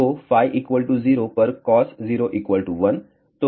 तो φ 0 पर cos 0 1